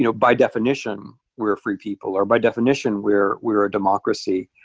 you know by definition we're free people, or by definition we're we're a democracy.